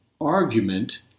argument